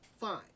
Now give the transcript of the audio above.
Fine